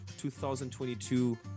2022